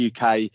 UK